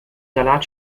salat